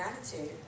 attitude